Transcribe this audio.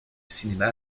cinéma